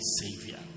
Savior